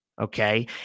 Okay